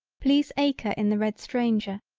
please acre in the red stranger,